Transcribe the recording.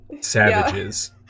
savages